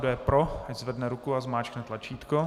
Kdo je pro, ať zvedne ruku a zmáčkne tlačítko.